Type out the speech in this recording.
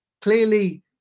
clearly